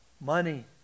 money